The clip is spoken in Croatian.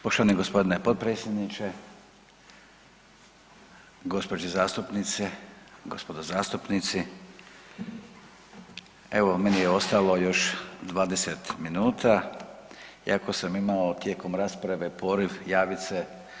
Poštovani gospodine potpredsjedniče, gospođe zastupnice, gospodo zastupnici evo meni je ostalo još 20 minuta iako sam imao tijekom rasprave poriv javit se.